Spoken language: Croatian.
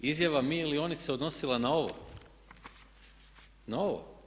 Izjava mi ili oni se odnosila na ovo, na ovo.